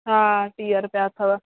हा टीह रुपया अथव